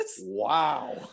wow